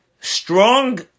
strong